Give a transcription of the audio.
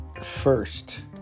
first